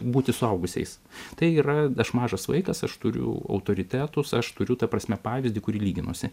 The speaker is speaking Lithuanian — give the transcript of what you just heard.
būti suaugusiais tai yra aš mažas vaikas aš turiu autoritetus aš turiu ta prasme pavyzdį kurį lyginusi